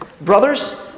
Brothers